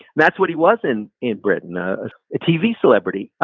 that's what he was in, in britain, a tv celebrity.